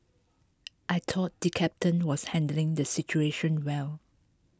I thought the captain was handling the situation well